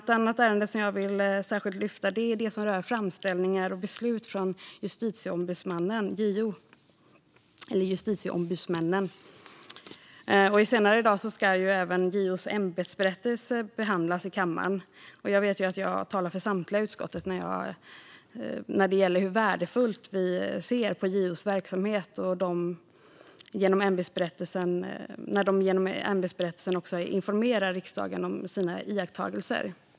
Ett annat ärende som jag särskilt vill lyfta är det som rör framställningar och beslut från justitieombudsmännen, JO. Senare i dag ska även JO:s ämbetsberättelse behandlas i kammaren. Jag vet att jag talar för samtliga i utskottet när jag talar om hur värdefull vi anser att JO:s verksamhet är. Genom ämbetsberättelsen informerar de riksdagen om sina iakttagelser.